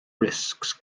risks